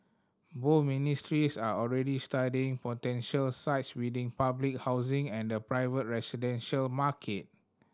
both ministries are already studying potential sites within public housing and the private residential market